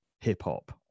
hip-hop